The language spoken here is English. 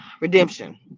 redemption